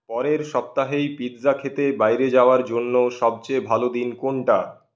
পরের সপ্তাহেই পিৎজা খেতে বাইরে যাওয়ার জন্য সবচেয়ে ভালো দিন কোনটা